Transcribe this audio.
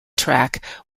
track